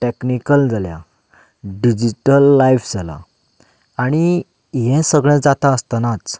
technical जाल्या digital life जालां आनी हें सगळें जाता आसतनाच